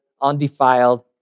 undefiled